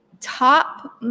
Top